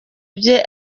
bye